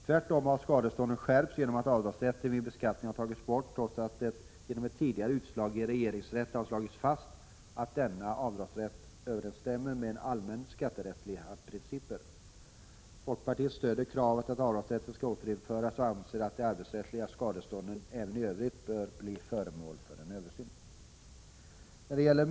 Tvärtom har skadestånden skärpts genom att avdragsrätten vid beskattningen har tagits bort, trots att det genom ett tidigare utslag i regeringsrätten har slagits fast att denna avdragsrätt överensstämmer med allmänna skatterättsliga principer. Folkpartiet stöder kravet att avdragsrätten skall återinföras och anser att de arbetsrättsliga skadestånden även i övrigt bör bli föremål för en översyn.